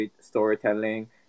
storytelling